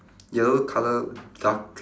yellow colour duck